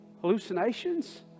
Hallucinations